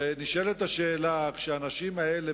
ונשאלת השאלה: כשהאנשים האלה,